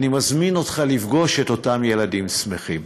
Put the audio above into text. ואני מזמין אותך לפגוש את אותם ילדים שמחים.